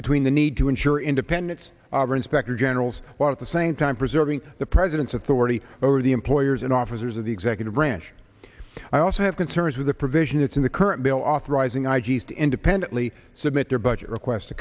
between the need to ensure independence inspector generals while at the same time preserving the president's authority over the employers and officers of the executive branch i also have concerns with the provision it's in the current bill authorizing i g s to independently submit their budget requests to